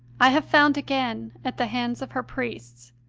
i have found again at the hands of her priests,